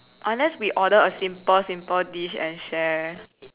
unless we order a simple simple dish and share